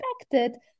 expected